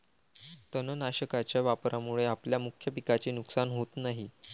तणनाशकाच्या वापरामुळे आपल्या मुख्य पिकाचे नुकसान होत नाही